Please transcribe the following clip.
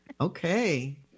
okay